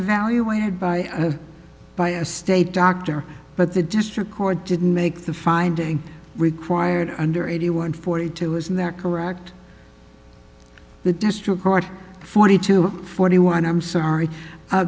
evaluated by by a state doctor but the district court didn't make the finding required under eighty one forty two isn't that correct the district court forty two forty one i'm sorry